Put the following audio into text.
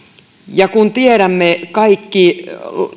ja kun tiedämme kaikki